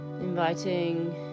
inviting